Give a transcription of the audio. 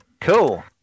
Cool